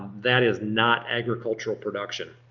that is not agricultural production.